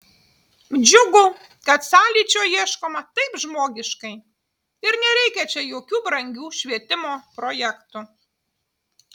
džiugu kad sąlyčio ieškoma taip žmogiškai ir nereikia čia jokių brangių švietimo projektų